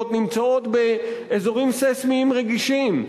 נמצאות באזורים סייסמיים רגישים,